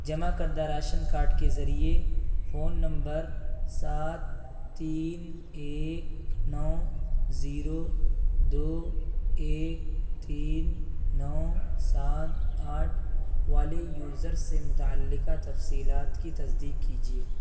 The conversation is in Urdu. جمع کردہ راشن کارڈ کے ذریعے فون نمبر سات تین ایک نو زیرو دو ایک تین نو سات آٹھ والے یوزر سے متعلقہ تفصیلات کی تصدیق کیجیے